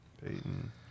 Peyton